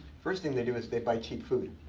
first thing they do is they buy cheap food.